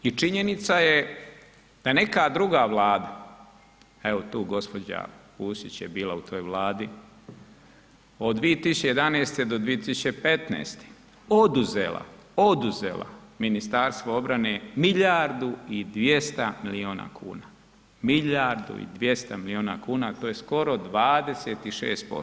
I činjenica je da je neka druga Vlada, evo tu gospođa Pusić je bila u toj Vladi od 2011. do 2015. oduzela, oduzela Ministarstvu obrane milijardu i 200 milijuna kuna, milijardu i 200 milijuna kuna a to je skoro 26%